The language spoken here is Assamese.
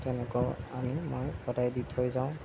তেনেকুৱাও আনি মই সদায় দি থৈ যাওঁ